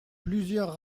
plusieurs